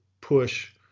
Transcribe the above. push